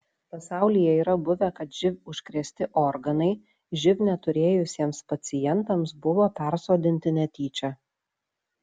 pasaulyje yra buvę kad živ užkrėsti organai živ neturėjusiems pacientams buvo persodinti netyčia